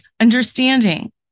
understanding